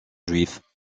juifs